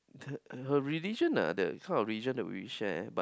her her religion ah that kind of region that we share but